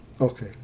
okay